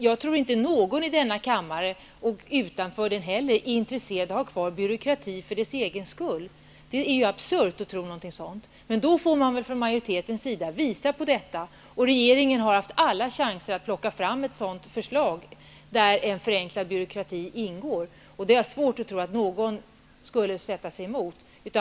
Jag tror inte att någon i denna kammare och inte någon utanför den heller är intresserad av att ha byråkrati för dess egen skull. Det är absurt att tro någonting sådant. Men då får väl majoriteten visa på att det finns ett bättre förslag, och regeringen har haft alla chanser att plocka fram ett sådant, där det ingår att byråkratin förenklas. Det har jag svårt att tro att någon skulle sätta sig emot.